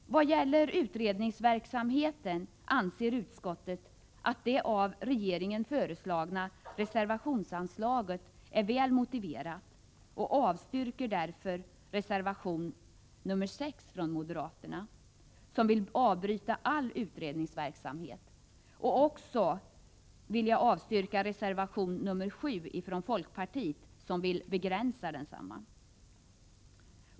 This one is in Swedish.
Vad gäller utredningsverksamheten anser utskottet att det av regeringen föreslagna reservationsanslaget är väl motiverat. Utskottet avstyrker därför reservation nr 6 från moderaterna, som vill avbryta all utredningsverksamhet, och också reservation nr 7 från folkpartiet som vill begränsa densamma.